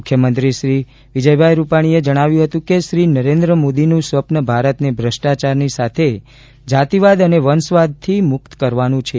મુખ્યમંત્રી શ્રી વિજયભાઈ રૂપાણી જણાવ્યું હતું કે શ્રી નરેન્દ્ર મોદીનું સ્વપ્ર ભારતને ભ્રષ્ટાચારની સાથે જાતિવાદ અને વંશવાદથી મુકત કરવાનું છે